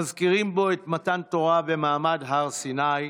מזכירים בו את מתן תורה ומעמד הר סיני,